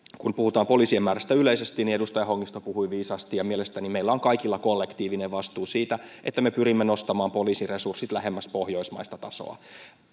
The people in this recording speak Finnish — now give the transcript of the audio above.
kun puhutaan poliisien määrästä yleisesti edustaja hongisto puhui viisaasti ja mielestäni meillä on kaikilla kollektiivinen vastuu siitä että me pyrimme nostamaan poliisiresurssit lähemmäs pohjoismaista tasoa